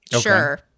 Sure